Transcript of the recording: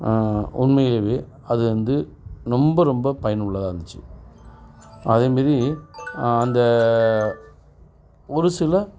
உண்மையில அது வந்து ரொம்ப ரொம்ப பயனுள்ளதாக இருந்திச்சு அதே மாரி அந்த ஒரு சில